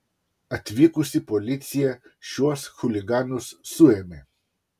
atvykusi policija šiuos chuliganus suėmė